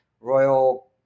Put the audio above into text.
royal